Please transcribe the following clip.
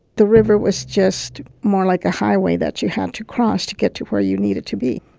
the river was just more like a highway that you had to cross to get to where you needed to be.